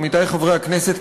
עמיתי חברי הכנסת,